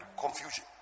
Confusion